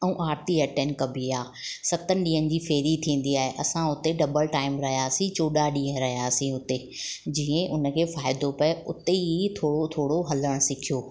ऐं आर्ती अटैंड कॿी आहे सतनि ॾियनि जी फेरी थींदी आहे असां उते डबल टाइम रहियासीं चोॾहं ॾींहं रहियासीं हुते जीअं ई हुनखे फ़ाइदो पए उते ई थोरो थोरो हलणु सिखियो